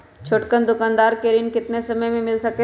छोटकन दुकानदार के ऋण कितने समय मे मिल सकेला?